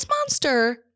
monster